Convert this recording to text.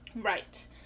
Right